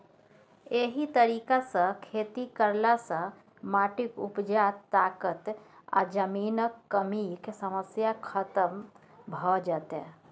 एहि तरीका सँ खेती करला सँ माटिक उपजा ताकत आ जमीनक कमीक समस्या खतम भ जेतै